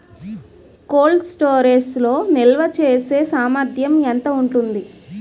Cold storage లో నిల్వచేసేసామర్థ్యం ఎంత ఉంటుంది?